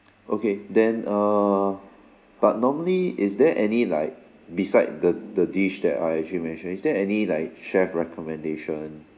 okay then err but normally is there any like beside the the dish that I actually mention is there any like chef recommendation